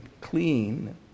clean